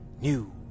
New